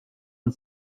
and